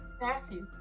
Matthew